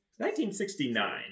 1969